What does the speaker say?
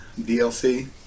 DLC